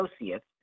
associates